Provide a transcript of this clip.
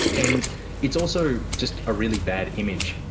and it's also just a really bad image.